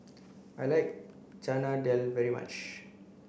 I like Chana Dal very much